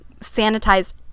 sanitized